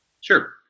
Sure